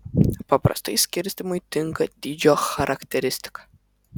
paprastai skirstymui tinka dydžio charakteristika